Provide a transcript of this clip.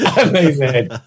Amazing